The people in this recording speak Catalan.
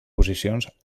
posicions